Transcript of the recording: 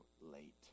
late